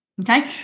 Okay